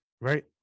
Right